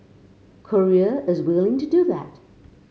Korea is willing to do that